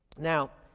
now,